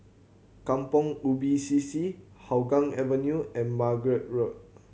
Kampong Ubi C C Hougang Avenue and Margate Road